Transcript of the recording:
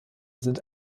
sind